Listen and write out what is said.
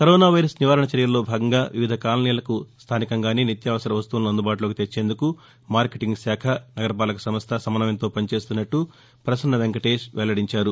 corona virus నివారణ చర్యల్లో భాగంగా వివిధ కాలనీలకు స్థానికంగానే నిత్యావసర వస్తువులను అందుబాటులోకి తెచ్చేందుకు మార్కెటింగ్ శాఖ నగరపాలక సంస్ద సమన్వయంతో పనిచేస్తున్నట్లు ప్రసన్న వెంకటేష్ వెల్లడించారు